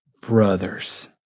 Brothers